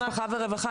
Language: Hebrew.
משפחה ורווחה.